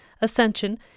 ascension